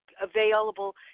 available